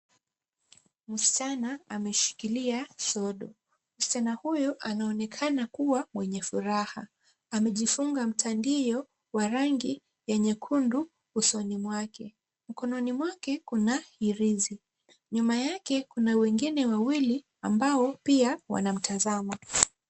Msichana ameshikilia sodo. Msichana huyu anaonekana kuwa mwenye furaha. Amejifunga mtandio wa rangi ya nyekundu usoni mwake. Mkononi mwake kuna hirizi. Nyuma yake kuna wengine wawili ambao pia wanamtazama.